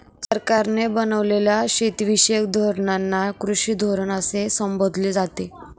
सरकारने बनवलेल्या शेतीविषयक धोरणांना कृषी धोरण असे संबोधले जाते